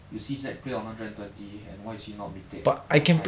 you see zac play on hundred and twenty and why is he not